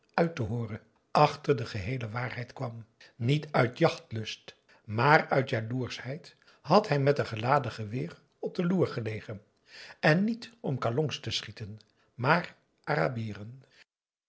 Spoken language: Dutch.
uit te hooren achter de geheele waarheid kwam niet uit jachtlust maar uit jaloerschheid had hij met een geladen geweer op de loer gelegen en niet om kalongs te schieten maar arabieren